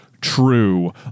true